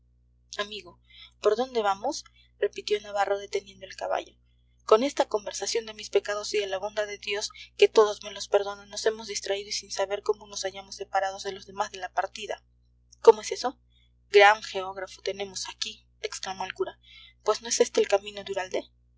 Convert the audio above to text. amigo por dónde vamos repitió navarro deteniendo el caballo con esta conversación de mis pecados y de la bondad de dios que todos me los perdona nos hemos distraído y sin saber cómo nos hallamos separados de los demás de la partida cómo es eso gran geógrafo tenemos aquí exclamó el cura pues no es este el camino de